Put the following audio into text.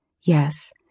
Yes